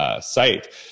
Site